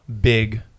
big